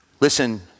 Listen